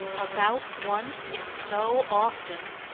about once in so often!